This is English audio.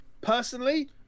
personally